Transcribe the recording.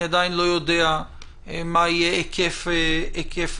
אני עדיין לא יודע מה יהיה היקף הקיצור.